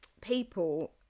people